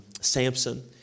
Samson